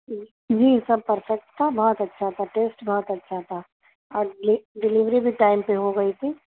جی سب پرفیکٹ تھا بہت اچھا تھا ٹیسٹ بہت اچھا تھا اور ڈلی ڈلیوری بھی ٹائم سے ہو گئی تھی